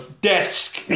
Desk